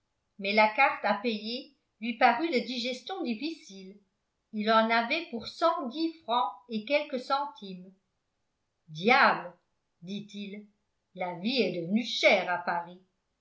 mais la carte à payer lui parut de digestion difficile il en avait pour cent dix francs et quelques centimes diable dit-il la vie est devenue chère à paris